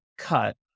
Cut